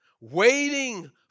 Waiting